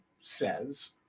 says